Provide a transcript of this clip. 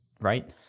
Right